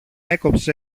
έκοψε